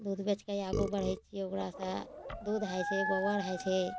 दूध बेचके आगू बढ़ै छियै ओकरा से दूध होइ छै गोबर होइ छै